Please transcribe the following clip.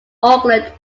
auckland